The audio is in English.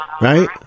right